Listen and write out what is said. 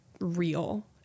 real